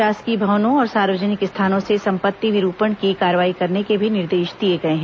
शासकीय भवनों और सार्वजनिक स्थानों से संपत्ति विरूपण की कार्रवाई करने के भी निर्देश दिए गए हैं